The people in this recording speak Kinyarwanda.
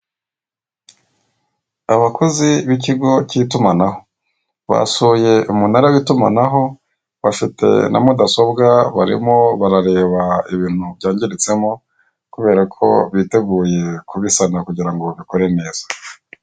Abakozi b'ikigo cy'itumanaho, basuye umunara w'itumanaho, bafite na mudasobwa, barimo barareba ibintu byangiritsemo, kubera ko biteguye kubisana kugira ngo babikore neza.